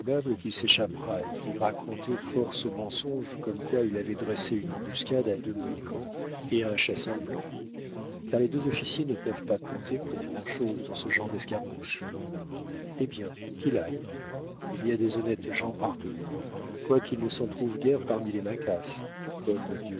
qu'il s'échappera et qu'il ira conter forte mensonges comme quoi il avait dresse une embuscade à deux mohicans et à un chasseur blanc car les deux officiers ne peuvent pas compter pour grand chose dans ce genre d'escarmouches eh bien qu'il aille il y a des honnêtes gens partout quoiqu'il ne s'en trouve guère parmi les maquas comme